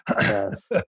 Yes